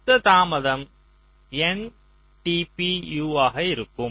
மொத்த தாமதம் NtpU ஆக இருக்கும்